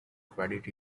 credit